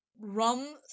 rum